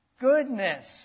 goodness